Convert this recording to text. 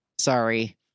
sorry